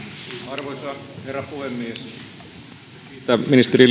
arvoisa herra puhemies pitää kiittää ministeri